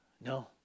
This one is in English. No